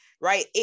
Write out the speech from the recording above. right